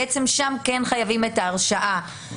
שם כן חייבים את ההרשעה.